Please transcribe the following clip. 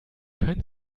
können